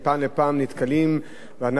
זאת לא רפורמה בתחבורה ציבורית,